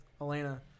Elena